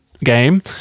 game